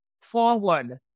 forward